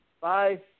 Bye